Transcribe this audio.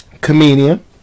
Comedian